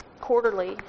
quarterly